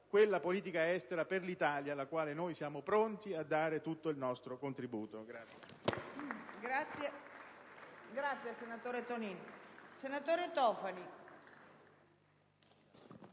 quella politica estera per l'Italia alla quale noi siamo pronti a dare tutto il nostro contributo.